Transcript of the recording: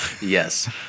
Yes